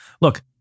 look